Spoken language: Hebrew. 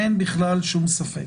אין שום ספק.